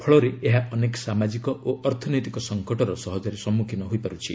ଫଳରେ ଏହା ଅନେକ ସାମାଜିକ ଓ ଅର୍ଥନୈତିକ ସଙ୍କଟର ସହଜରେ ସମ୍ମୁଖୀନ ହୋଇପାରୁଛି